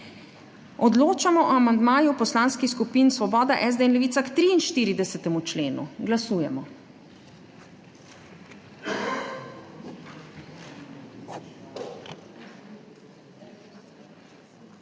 Odločamo o amandmaju poslanskih skupin Svoboda, SD in Levica k 8. členu. Glasujemo.